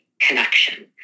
connection